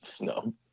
No